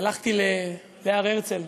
הלכתי להר-הרצל,